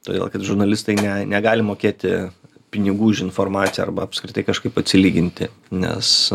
todėl kad žurnalistai ne negali mokėti pinigų už informaciją arba apskritai kažkaip atsilyginti nes